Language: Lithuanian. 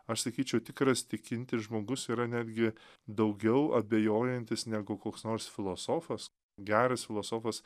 aš sakyčiau tikras tikintis žmogus yra netgi daugiau abejojantis negu koks nors filosofas geras filosofas